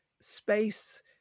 space